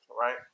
right